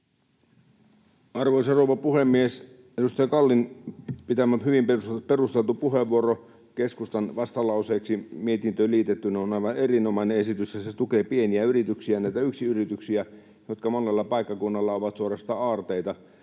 Arvoisa rouva puhemies! Edustaja Kallin pitämä hyvin perusteltu puheenvuoro keskustan vastalauseeksi mietintöön liitettynä on aivan erinomainen esitys. Se tukee pieniä yrityksiä, näitä yksinyrityksiä, jotka monella paikkakunnalla ovat suorastaan aarteita